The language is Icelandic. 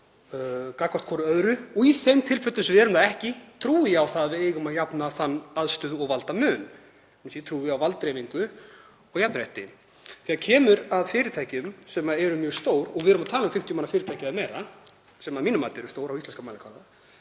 gagnvart hvert öðru og í þeim tilfellum sem við erum það ekki trúi ég á það að við eigum að jafna þann aðstöðu- og valdamun því að ég trúi á valddreifingu og jafnrétti. Þegar kemur að fyrirtækjum sem eru mjög stór, og við erum að tala um 50 manna fyrirtæki eða meira sem eru að mínu mati stór á íslenskan mælikvarða,